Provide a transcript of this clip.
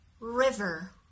River